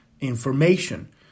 information